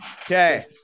Okay